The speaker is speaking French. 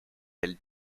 elle